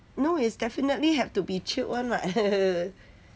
no is definitely have to be chilled [one] [what]